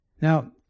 Now